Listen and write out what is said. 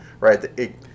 Right